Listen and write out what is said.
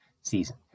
season